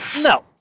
no